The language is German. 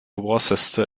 worcester